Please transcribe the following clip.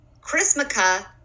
Chrismica